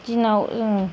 दिनाव जोङो